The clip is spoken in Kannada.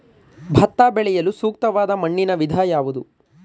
ಭತ್ತ ಬೆಳೆಯಲು ಸೂಕ್ತವಾದ ಮಣ್ಣಿನ ವಿಧ ಯಾವುದು?